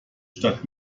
statt